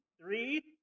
three